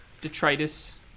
detritus